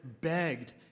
begged